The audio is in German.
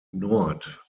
nord